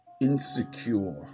insecure